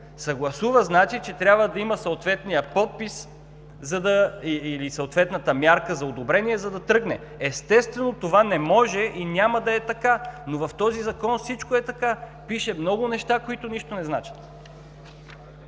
„Съгласува“ значи, че трябва да има съответния подпис или съответната мярка за одобрение, за да тръгне. Естествено, това не може и няма да е така, но в този Закон всичко е така. Пише много неща, които нищо не значат.